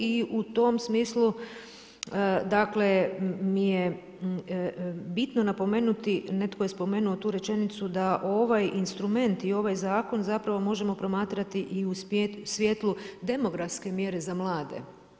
I u tom smislu dakle, mi je bitno napomenuti, netko je spomenuo tu rečenicu da ovaj instrument i ovaj zakon zapravo možemo promatrati u svjetlu demografske mjere za mlade.